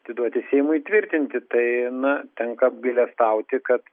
atiduoti seimui tvirtinti tai na tenka apgailestauti kad